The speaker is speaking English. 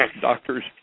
doctors